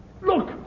Look